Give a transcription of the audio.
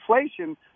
inflation